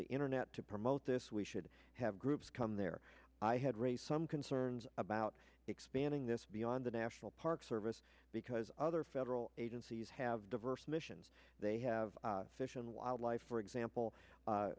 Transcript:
the internet to promote this we should have groups come there i had raised some concerns about expanding this beyond the national park service because other federal agencies have diverse missions they have fish and wildlife for example